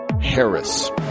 harris